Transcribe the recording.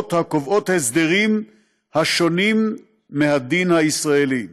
הוראות הקובעות הסדרים השונים מהדין הישראלי.